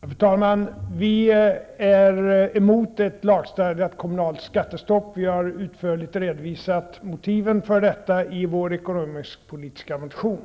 Fru talman! Vi är emot ett lagstadgat kommunalt skattestopp. Vi har utförligt redovisat motiven för detta i vår ekonomisk-politiska motion.